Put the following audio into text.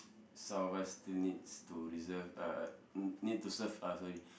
some of us still needs to reserve uh need to serve uh sorry